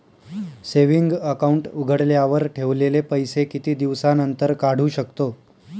Saving account उघडल्यावर ठेवलेले पैसे किती दिवसानंतर काढू शकतो?